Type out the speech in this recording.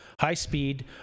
high-speed